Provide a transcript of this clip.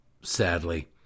sadly